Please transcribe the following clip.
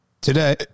today